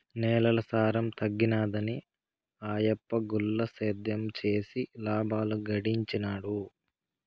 నేలల సారం తగ్గినాదని ఆయప్ప గుల్ల సేద్యం చేసి లాబాలు గడించినాడు